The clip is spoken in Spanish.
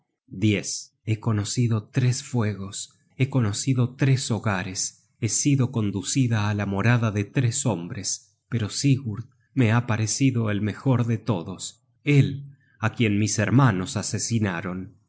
afligia he conocido tres fuegos he conocido tres hogares he sido conducida á la morada de tres hombres pero sigurd me ha parecido el mejor de todos él á quien mis hermanos asesinaron